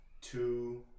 two